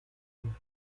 tierra